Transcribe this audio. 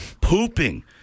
pooping